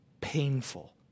painful